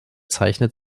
zeichnet